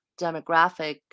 demographic